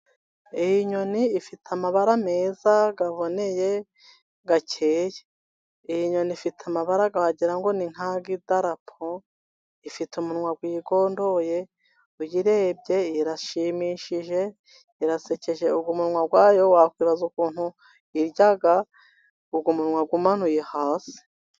Iyi nyoni ifite amabara meza aboneye akeye, iyi nyoni ifite amabara wagira ngo ni nk'ay'idarapo, ifite umunwa wigondoye uyirebye irashimishije irasekeje, umunwa wayo wakwibaza ukuntu irya uwo munwa umanuye hasi.